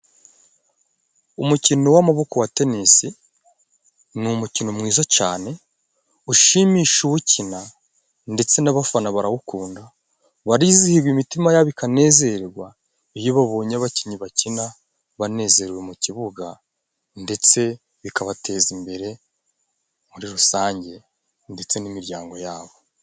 Umukino w'amaboko wa tenisi ni umukino mwiza cane, ushimisha uwukina ndetse n'abafana barawukunda, barizihiwe imitima yabo ikanezerwa, iyo babonye abakinnyi bakina banezerewe mu kibuga, ndetse bikabateza imbere muri rusange ndetse n'imiryango yabo.